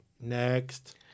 next